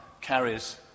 carries